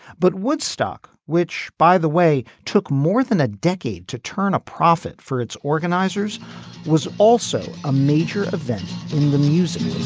but woodstock which by the way took more than a decade to turn a profit for its organizers was also a major event in the music